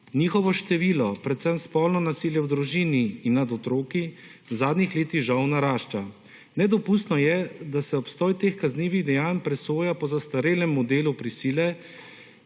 Njihovo število predvsem spolno nasilje v družini in nad otroki v zadnjih letih žal narašča. Nedopustno je, da se obstoj teh kaznivih dejanj presoja po zastarelem modelu prisile,